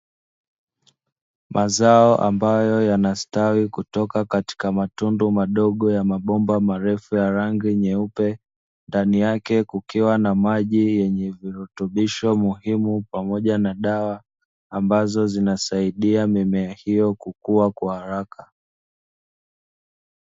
Mazao ambayo yanastawi kutoka katika matundu madogo ya mabomba marefu ya rangi nyeupe, ndani yake kukiwa na maji yenye virutubisho muhimu pamoja na dawa ambazo zinasaidia mimea hiyo kukua kwa haraka.